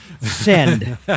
Send